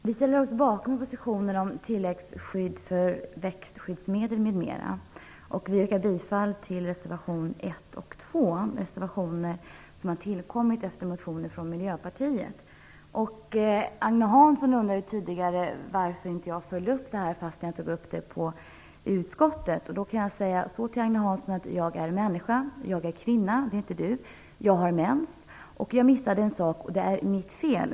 Herr talman! Vi ställer oss bakom propositionen om tilläggsskydd för växtskyddsmedel m.m. Jag yrkar bifall till reservationerna 1 och 2. Det är reservationer som har tillkommit efter motioner från Miljöpartiet. Agne Hansson undrade tidigare varför jag inte följde upp dem, fastän jag tog upp det på utskottets sammanträde. Jag kan då svara Agne Hansson: Jag är människa. Jag är kvinna - det är inte Agne Hansson. Jag har mens. Jag missade en sak, och det är mitt fel.